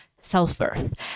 self-worth